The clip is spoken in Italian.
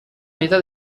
metà